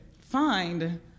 find